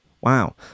Wow